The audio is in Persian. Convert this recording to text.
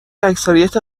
اکثریت